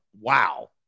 Wow